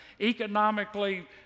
economically